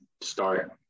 start